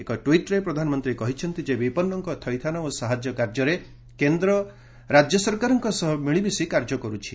ଏକ ଟ୍ସିଟ୍ରେ ପ୍ରଧାନମନ୍ତ୍ରୀ କହିଛନ୍ତି ଯେ ବିପନ୍ଧଙ୍କ ଥଇଥାନ ଓ ସାହାଯ୍ୟ କାର୍ଯ୍ୟରେ କେନ୍ଦ୍ର ରାଜ୍ୟ ସରକାରଙ୍କ ସହ ମିଳିମିଶି କାର୍ଯ୍ୟ କରୁଛି